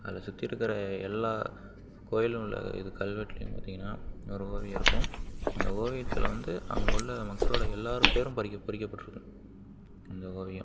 அதில் சுற்றி இருக்கிற எல்லா கோயிலும் உள்ள இது கல்வெட்டிலியும் பார்த்திங்கனா ஒரு ஓவியம் இருக்கும் அந்த ஓவியத்தில் வந்து அங்கே உள்ள மக்களோட எல்லார் பேரும் பொறிக்க பொறிக்கப்பட்டிருக்கும் அந்த ஓவியம்